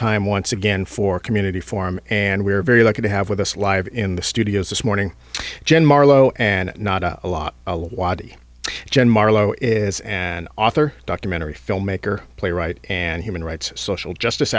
time once again for community form and we're very lucky to have with us live in the studio this morning jen marlowe and not a lot of wadi jen marlowe is an author documentary filmmaker playwright and human rights social justice